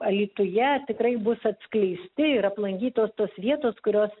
alytuje tikrai bus atskleisti ir aplankytos tos vietos kurios